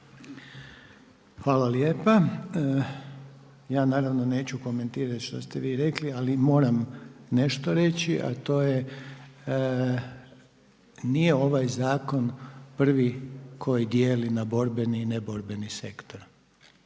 Hvala lijepa. Ja naravno neću komentirati što ste vi rekli, ali moram nešto reći, a to je nije ovaj zakon prvi koji dijeli na borbeni i neborbeni sektor,